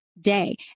day